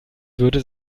würde